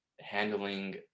handling